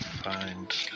Find